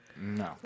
No